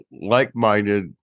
like-minded